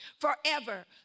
forever